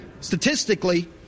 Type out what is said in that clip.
statistically